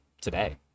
today